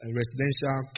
residential